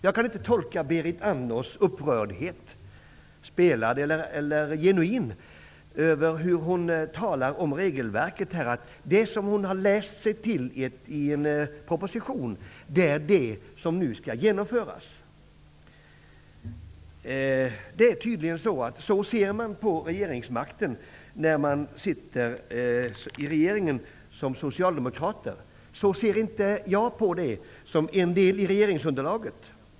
Jag kan inte tolka Berit Andnors upprördhet, spelad eller genuin, över förslaget om ett nytt regelverk på annat sätt än att det hon har läst sig till i propositionen ser hon som någonting som nu skall genomföras. Så ser man som socialdemokrat på regeringsmakten när man sitter i regeringen. Så ser inte jag på det -- mitt parti utgör en del av regeringsunderlaget.